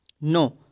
No